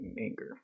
anger